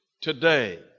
today